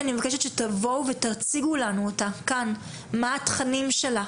אני מבקשת שתבואו ותציגו אותה כאן כדי שנדע מה התכנים שלה.